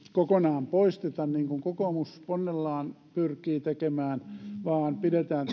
kokonaan poisteta niin kuin kokoomus ponnellaan pyrkii tekemään vaan pidetään